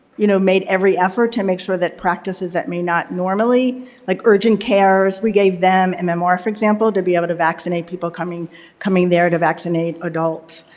you know, made every effort to make sure that practices that may not normally like urgent cares we gave them and them mmr for example to be able to vaccinate people coming coming there to vaccinate adults.